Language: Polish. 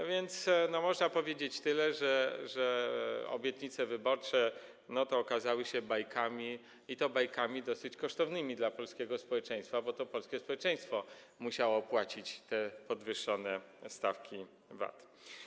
A więc można powiedzieć tyle, że obietnice wyborcze okazały się bajkami i to bajkami dosyć kosztownymi dla polskiego społeczeństwa, bo to polskie społeczeństwo musiało płacić te podwyższone stawki VAT.